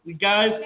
guys